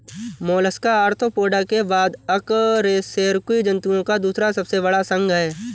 Mollusca arthropoda के बाद अकशेरुकी जंतुओं का दूसरा सबसे बड़ा संघ है